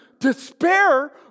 Despair